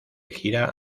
gira